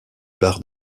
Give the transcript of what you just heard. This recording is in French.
barres